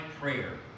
prayer